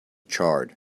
charred